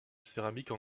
céramique